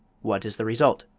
what is the result?